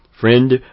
Friend